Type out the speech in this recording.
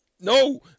No